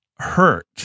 Hurt